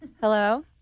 Hello